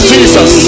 Jesus